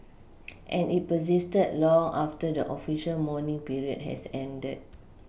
and it persisted long after the official mourning period had ended